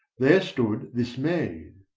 there stood this maid.